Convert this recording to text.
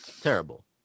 Terrible